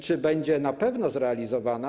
Czy będzie na pewno zrealizowana?